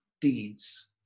deeds